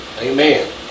Amen